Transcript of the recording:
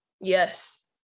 yes